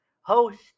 host